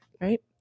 Right